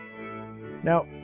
Now